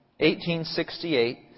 1868